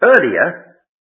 Earlier